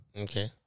okay